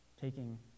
Taking